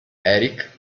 eric